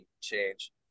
change